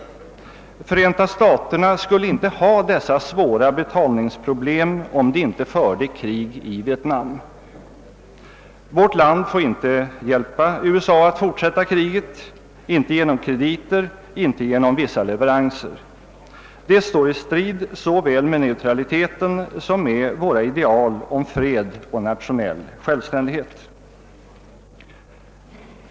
Förenta staterna skulle inte ha dessa svåra betalningsproblem, om de inte förde krig i Vietnam. Vårt land får inte hjälpa USA att fortsätta kriget vare sig genom krediter eller genom vissa leveranser. Det står i strid såväl mot neutraliteten som mot våra ideal om fred och nationell självständighet.